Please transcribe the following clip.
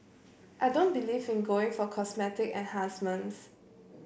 I don't believe in going for cosmetic enhancements